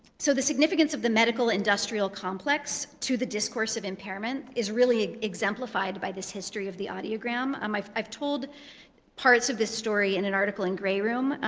so the significance of the medical industrial complex to the discourse of impairment is really exemplified by this history of the audiogram. um i've i've told parts of this story in an article in grey room,